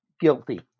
guilty